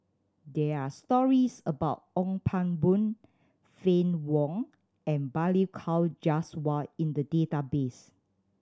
there are stories about Ong Pang Boon Fann Wong and Balli Kaur Jaswal in the database